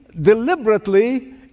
deliberately